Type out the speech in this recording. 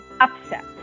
upset